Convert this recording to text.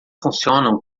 funcionam